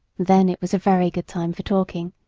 then it was a very good time for talking,